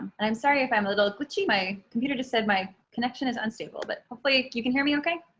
and i'm sorry if i'm a little glitchy my computer to said my connection is unstable. but hopefully you can hear me okay